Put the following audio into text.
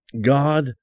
God